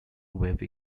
wave